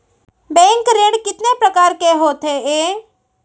Bank ऋण कितने परकार के होथे ए?